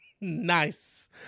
Nice